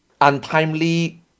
untimely